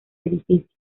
edificio